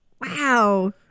Wow